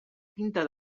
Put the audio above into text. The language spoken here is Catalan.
pinta